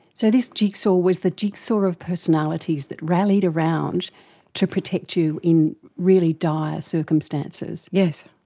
so this jigsaw was the jigsaw of personalities that rallied around to protect you in really dire circumstances. yes,